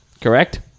Correct